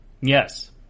Yes